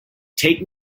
take